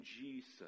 Jesus